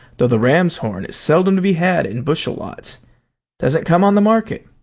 though the ram's horn is seldom to be had in bushel lots doesn't come on the market.